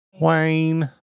Wayne